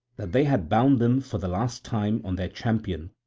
that they had bound them for the last time on their champion,